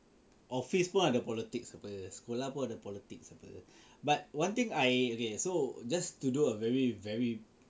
or Facebook ada politics [pe] sekolah pun ada politics [pe] but one thing I okay so just to do a very very